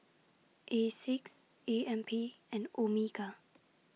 Asics A M P and Omega